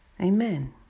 Amen